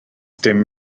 dim